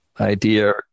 idea